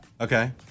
Okay